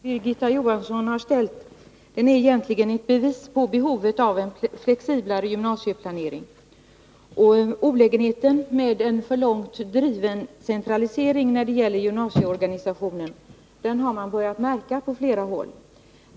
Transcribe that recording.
Herr talman! Den fråga som Birgitta Johansson ställt är egentligen ett bevis för behovet av en flexiblare gymnasieplanering. Olägenheten med en för långt driven centralisering när det gäller gymnasieorganisationen har man på flera håll börjat märka.